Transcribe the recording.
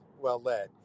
well-led